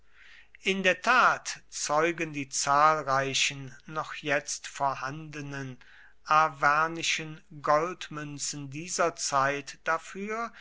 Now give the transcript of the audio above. in der tat zeugen die zahlreichen noch jetzt vorhandenen arvernischen goldmünzen dieser zeit dafür